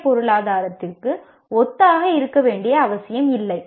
ஏ பொருளாதாரத்திற்கு ஒத்ததாக இருக்க வேண்டிய அவசியமில்லை